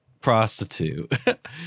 prostitute